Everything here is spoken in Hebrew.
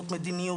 זאת מדניות.